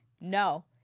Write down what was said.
No